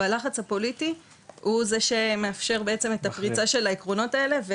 והלחץ הפוליטי הוא זה שמאפשר בעצם את הפריצה של העקרונות האלה,